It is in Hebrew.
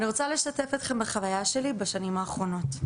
אני רוצה לשתף אתכם בחוויה שלי בשנים האחרונות,